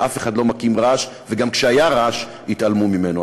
ואף אחד לא מקים רעש, וגם כשהיה רעש, התעלמו ממנו.